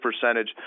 percentage